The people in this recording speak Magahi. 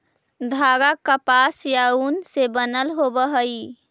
धागा कपास या ऊन से बनल होवऽ हई